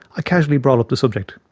i casually brought up the subject.